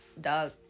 dog